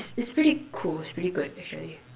it's pretty cool it's pretty good actually